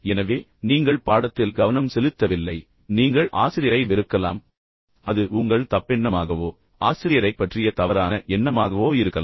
எனவே நீங்கள் பாடத்தில் கவனம் செலுத்தவில்லை நீங்கள் ஆசிரியரை வெறுக்கலாம் அது எந்த காரணத்திற்காக இருந்தாலும் அது உங்கள் தப்பெண்ணமாகவோ அல்லது ஆசிரியரைப் பற்றிய தவறான எண்ணமாகவோ கூட இருக்கலாம்